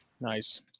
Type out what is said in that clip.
Nice